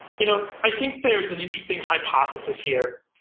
you know i think there's an interesting hypothesis here.